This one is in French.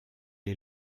est